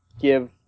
give